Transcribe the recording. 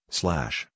slash